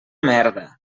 merda